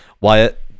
wyatt